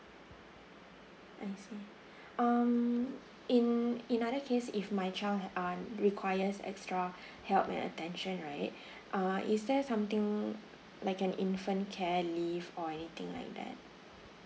I see um in in other case if my child uh requires extra help and attention right uh is there something like an infant care leave or anything like that